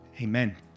Amen